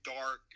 dark